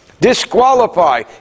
disqualify